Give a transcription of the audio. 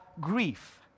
grief